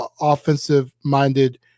offensive-minded